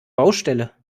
baustelle